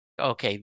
okay